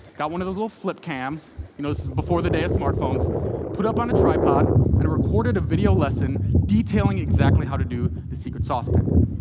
got one of those little flip cams you know, this was before the day of smartphones put it up on the tripod and recorded a video lesson detailing exactly how to do the secret sauce pattern.